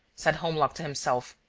said holmlock to himself.